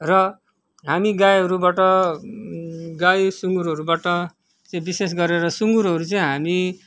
र हामी गाईहरूबाट गाई सुँगुरहरूबाट चाहिँ विशेष गरेर सुँगुरहरू चाहिँ हामी